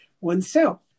oneself